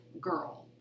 girl